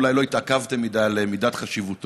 ואולי לא התעכבתם מדי על מידת חשיבותו: